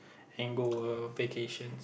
and go uh vacation